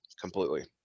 completely